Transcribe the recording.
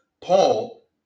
Paul